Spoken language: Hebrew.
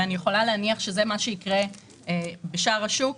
ואני מניחה שזה גם מה שיקרה בשאר השוק,